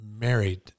married